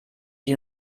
die